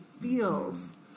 feels